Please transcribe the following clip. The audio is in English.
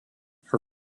her